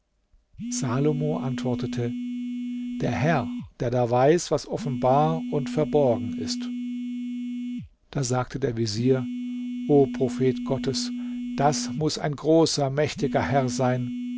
salomo antwortete der herr der da weiß was offenbar und verborgen ist da sagte der vezier o prophet gottes das muß ein großer mächtiger herr sein